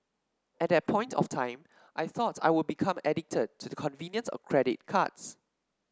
at that point of time I thought I would become addicted to the convenience of credit cards